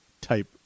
type